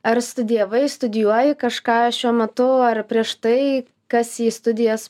ar studijavai studijuoji kažką šiuo metu ar prieš tai kas į studijas